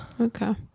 okay